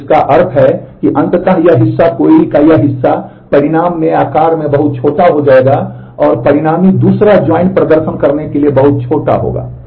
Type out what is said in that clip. तो जिसका अर्थ है कि अंततः यह हिस्सा क्वेरी का यह हिस्सा परिणाम में आकार में बहुत छोटा हो जाएगा और परिणामी दूसरा ज्वाइन प्रदर्शन करने के लिए बहुत छोटा होगा